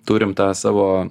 turim tą savo